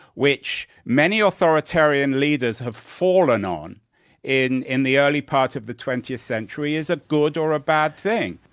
which many authoritarian leaders have fallen on in in the early parts of the twentieth century, is a good or a bad thing.